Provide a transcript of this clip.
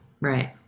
Right